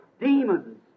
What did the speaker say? demons